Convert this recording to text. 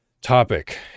topic